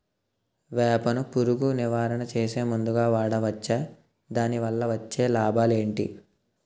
వేప ను పురుగు నివారణ చేసే మందుగా వాడవచ్చా? దాని వల్ల వచ్చే లాభాలు ఏంటి?